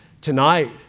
Tonight